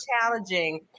challenging